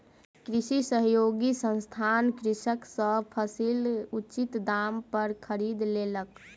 कृषि सहयोगी संस्थान कृषक सॅ फसील उचित दाम पर खरीद लेलक